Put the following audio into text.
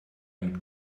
mit